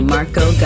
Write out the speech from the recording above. Marco